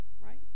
right